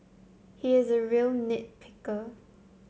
he is a real nit picker